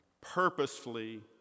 purposefully